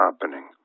happening